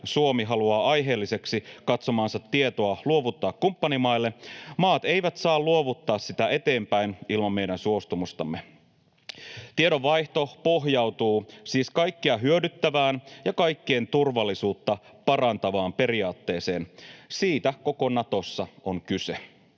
Suomi haluaa aiheelliseksi katsomaansa tietoa luovuttaa kumppanimaille, maat eivät saa luovuttaa sitä eteenpäin ilman meidän suostumustamme. Tiedonvaihto pohjautuu siis kaikkia hyödyttävään ja kaikkien turvallisuutta parantavaan periaatteeseen. Siitä koko Natossa on kyse.